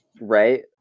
right